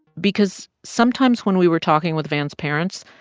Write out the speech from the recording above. because sometimes when we were talking with van's parents,